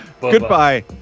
goodbye